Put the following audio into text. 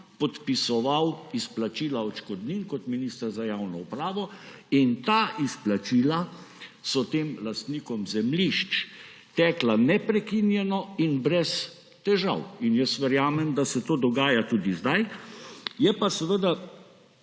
podpisoval izplačila odškodnin kot minister za javno upravo. In ta izplačila so tem lastnikom zemljišč tekla neprekinjeno in brez težav. In jaz verjamem, da se to dogaja tudi sedaj. Je pa seveda